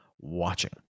watching